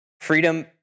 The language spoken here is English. Freedom